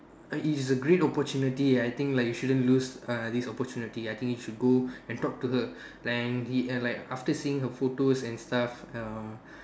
it's a great opportunity I think like you shouldn't lose uh this opportunity I think you should go and talk to her and he and like after seeing her photos and stuff uh